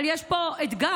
אבל יש פה אתגר,